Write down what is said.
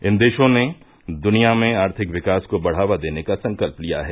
इन देशों ने दुनिया में आर्थिक विकास को बढ़ावा देने का संकल्प लिया है